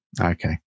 Okay